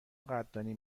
قدردانی